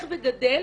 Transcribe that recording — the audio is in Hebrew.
וגדל.